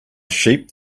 sheep